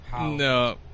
No